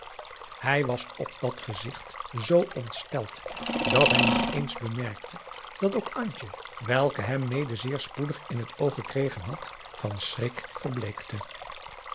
hij was op dat gezigt zoo ontsteld dat hij niet eens bemerkte dat ook antje welke hem mede zeer spoedig in het oog gekregen had van schrik verbleekte